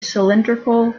cylindrical